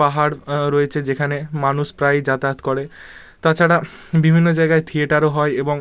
পাহাড় রয়েছে যেখানে মানুষ প্রায়ই যাতায়াত করে তাছাড়া বিভিন্ন জায়গায় থিয়েটারও হয় এবং